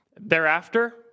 Thereafter